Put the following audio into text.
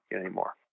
anymore